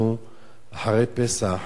אנחנו אחרי פסח